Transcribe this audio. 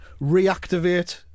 reactivate